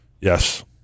Yes